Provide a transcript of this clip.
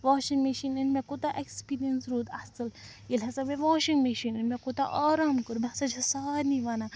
washing machine أنۍ مےٚ کوٗتاہ ایٛکٕسپیٖریَنٕس روٗد اَتھ سۭتۍ ییٚلہِ ہَسا مےٚ واشِنٛگ مِشیٖن أنۍ مےٚ کوٗتاہ آرام کوٚر بہٕ ہسا چھیٚس سارنٕے وَنان